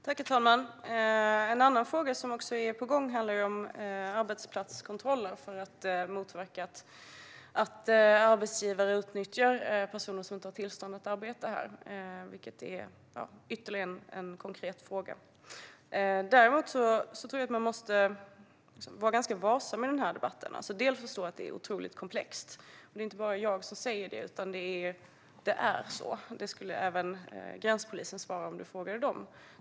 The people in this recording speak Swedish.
Herr talman! En annan fråga som också är på gång handlar om arbetsplatskontroller för att motverka att arbetsgivare utnyttjar personer som inte har tillstånd att arbeta här. Det är ytterligare en konkret fråga. Jag tror att man måste vara ganska varsam i den här debatten. Dels måste man förstå att detta är otroligt komplext. Det är inte bara jag som säger det, utan det är så. Det skulle även gränspolisen svara om du frågade dem.